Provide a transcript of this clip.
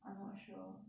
I'm not sure